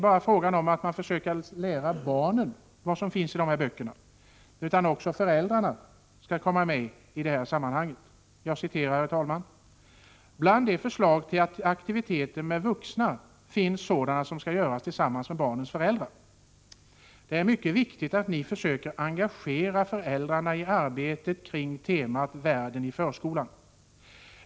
Man skall försöka lära ut vad som står i de här böckerna inte bara till barnen utan också till föräldrarna. Det står så här: ”Bland de förslag till aktiviteter med vuxna finns sådana som skall göras tillsammans med barnens föräldrar. Det är viktigt att ni försöker engagera föräldrarna i arbetet kring temat "Världen i förskolan”.